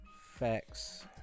facts